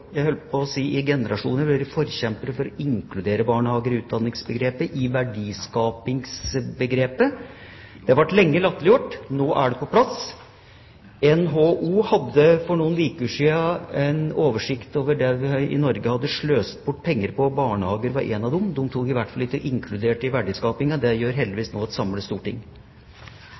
jeg holdt på å si i generasjoner, vært forkjempere for å inkludere barnehager i utdanningsbegrepet, i verdiskapingsbegrepet. Det ble lenge latterliggjort, nå er det på plass. NHO hadde for noen uker siden en oversikt over det vi i Norge hadde sløst bort penger på, og barnehager var én av de tingene. De inkluderte dem i hvert fall ikke i verdiskapingen, men det gjør heldigvis nå et samlet storting.